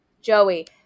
Joey